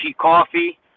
coffee